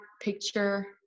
picture